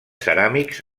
ceràmics